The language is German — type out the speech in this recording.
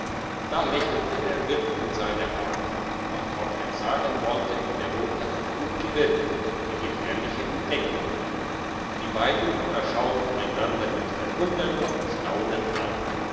da lächelte der wirt in seiner art als ob er sagen wollte der rote hat gut gewirkt die gefährliche entdeckung die beiden aber schauten einander mit verwunderung und staunen an